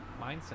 mindset